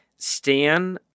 Stan